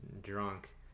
drunk